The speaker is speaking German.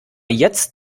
jetzt